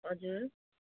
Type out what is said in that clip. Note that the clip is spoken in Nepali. हजुर